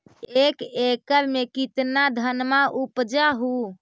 एक एकड़ मे कितना धनमा उपजा हू?